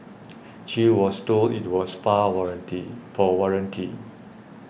she was told it was far warranty for warranty